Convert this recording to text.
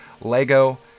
Lego